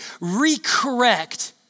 re-correct